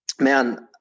man